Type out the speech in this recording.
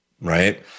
Right